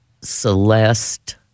Celeste